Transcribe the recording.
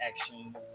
action